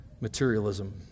materialism